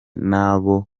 nabo